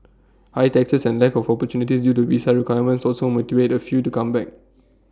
high taxes and lack of opportunities due to visa requirements also motivate A few to come back